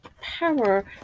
power